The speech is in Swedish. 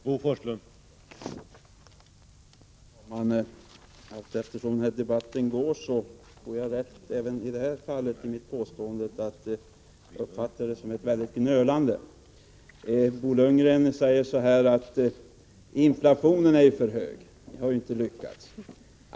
Herr talman! Allteftersom den här debatten fortgår får jag rätt i mitt påstående att det är fråga om ett väldigt gnölande. Bo Lundgren säger att inflationen är för hög, att vi inte har lyckats.